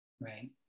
right